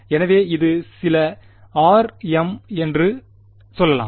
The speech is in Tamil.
எனவே இது சில rm என்று சொல்லலாம்